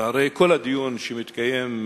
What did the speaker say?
והרי כל הדיון שהתקיים,